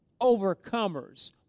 overcomers